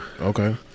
okay